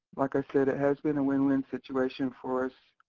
like i said, it has been a win-win situation for us.